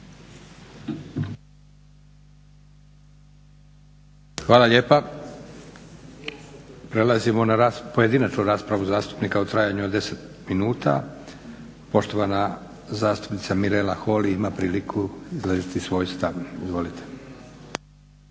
Hvala lijepa. Prelazimo na pojedinačnu raspravu zastupnika u trajanju od 10 minuta. Poštovana zastupnica Mirela Holy ima priliku izraziti svoj stav. Izvolite.